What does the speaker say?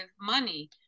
money